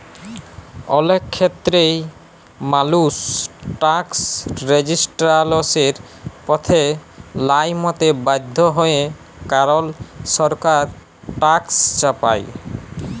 অলেক খ্যেত্রেই মালুস ট্যাকস রেজিসট্যালসের পথে লাইমতে বাধ্য হ্যয় কারল সরকার ট্যাকস চাপায়